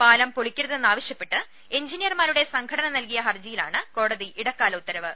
പാലം പൊളിക്ക രുതെന്നാവശ്യപ്പെട്ട് എഞ്ചിനീയർമാരുടെ സംഘടന നൽകിയ ഹർജിയിലാണ് കോടതിയുടെ ഇടക്കാല ഉത്തരവ്